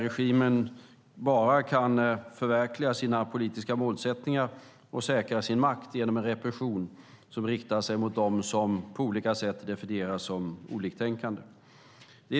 Regimen kan bara förverkliga sina politiska målsättningar och säkra sin makt genom repression som riktar sig mot dem som på olika sätt definieras som oliktänkande.